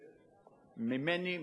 היא: ממני,